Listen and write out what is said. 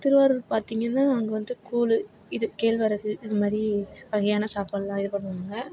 திருவாரூர் பார்த்திங்கன்னா அங்கே வந்து கூழ் இது கேழ்வரகு இது மாதிரி வகையான சாப்பாடுலாம் இது பண்ணுவாங்க